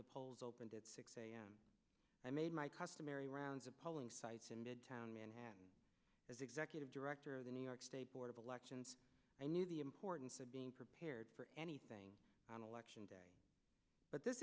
the polls opened at six a m i made my customary rounds of polling sites in midtown manhattan as executive director of the new york state board of elections i knew the importance of being prepared for anything on election day but this